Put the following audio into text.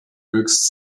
höchst